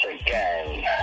again